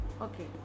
Okay